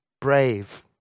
brave